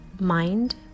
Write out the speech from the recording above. mind